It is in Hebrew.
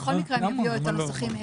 בכל מקרה הם יביאו את הנוסחים הנה,